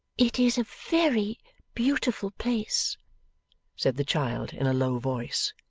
it is a very beautiful place said the child, in a low voice.